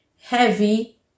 heavy